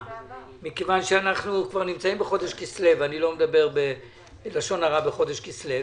מכיוון שאנחנו נמצאים בחודש כסלו ואני לא מדבר לשון הרע בחודש כסלו,